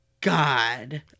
god